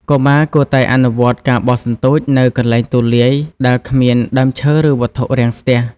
កុមារគួរតែអនុវត្ត ការបោះសន្ទូច នៅកន្លែងទូលាយ ដែលគ្មានដើមឈើឬវត្ថុរាំងស្ទះ។